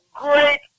great